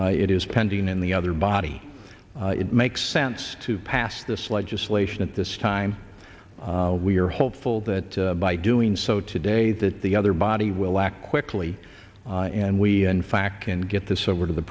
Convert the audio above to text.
it is pending in the other body it makes sense to pass this legislation at this time we are hopeful that by doing so today that the other body will act quickly and we in fact can get this over to the